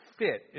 fit